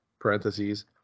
Parentheses